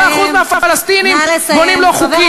17% מהפלסטינים בונים לא חוקי.